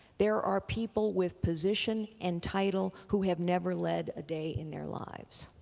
there are people with position and title who have never led a day in their lives.